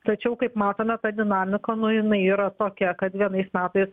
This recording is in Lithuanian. tačiau kaip matome ta dinamika nu jinai yra tokia kad vienais metais